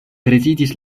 prezidis